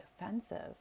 offensive